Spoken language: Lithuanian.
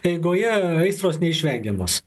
eigoje aistros neišvengiamos